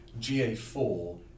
GA4